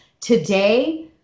today